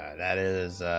that is